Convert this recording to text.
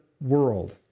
world